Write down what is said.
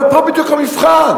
אבל פה בדיוק המבחן,